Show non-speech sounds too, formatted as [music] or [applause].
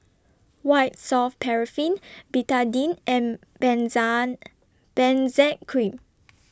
White Soft Paraffin Betadine and [unintelligible] Benzac Cream